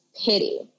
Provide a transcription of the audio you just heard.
pity